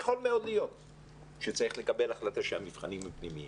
יכול מאוד להיות שצריך לקבל החלטה שהמבחנים הם פנימיים.